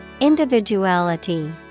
Individuality